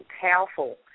powerful